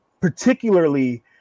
particularly